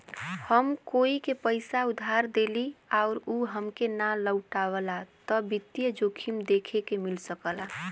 हम कोई के पइसा उधार देली आउर उ हमके ना लउटावला त वित्तीय जोखिम देखे के मिल सकला